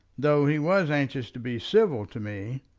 though he was anxious to be civil to me.